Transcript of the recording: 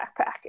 backpack